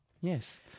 Yes